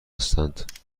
هستند